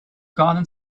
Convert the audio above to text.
garden